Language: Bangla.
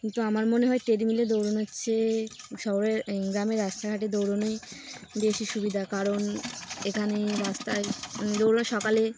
কিন্তু আমার মনে হয় ট্রেডমিলে দৌড়ুন হচ্ছে শহরের গ্রামের রাস্তাঘাটে দৌড়ুনই বেশি সুবিধা কারণ এখানে রাস্তায় দৌড় সকালে